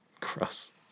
Cross